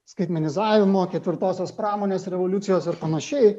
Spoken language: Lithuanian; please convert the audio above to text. skaitmenizavimo ketvirtosios pramonės revoliucijos ir panašiai